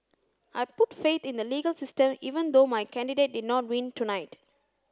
I put faith in the legal system even though my candidate did not win tonight